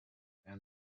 and